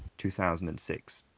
two thousand and six